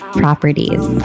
properties